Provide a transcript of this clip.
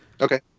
okay